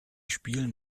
spielen